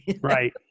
Right